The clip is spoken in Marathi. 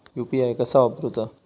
यू.पी.आय कसा वापरूचा?